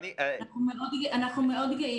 אנחנו מאוד גאים.